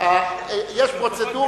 יש פרוצדורה.